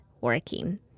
working